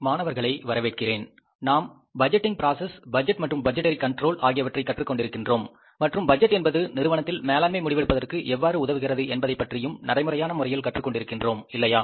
மாணவர்களை வரவேற்கிறேன் நாம் பட்ஜெட்டிங் ப்ராசஸ் பட்ஜெட் மற்றும் பட்ஜெட்ரி கண்ட்ரோல் ஆகியவற்றை கற்றுக் கொண்டிருக்கின்றோம் மற்றும் பட்ஜெட் என்பது நிறுவனத்தில் மேலாண்மை முடிவெடுப்பதற்கு எவ்வாறு உதவுகிறது என்பதைப் பற்றியும் நடைமுறையான முறையில் கற்றுக் கொண்டிருக்கின்றோம் இல்லையா